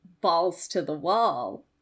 balls-to-the-wall